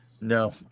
No